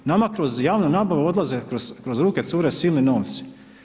Nama kroz javnu nabavu odlaze, kroz ruke cure silni novci.